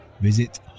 Visit